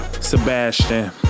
Sebastian